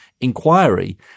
Inquiry